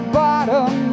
bottom